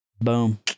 Boom